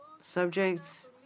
subjects